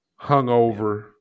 hungover